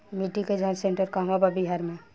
मिटी के जाच सेन्टर कहवा बा बिहार में?